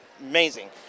amazing